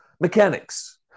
Mechanics